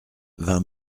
vingt